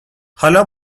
حالا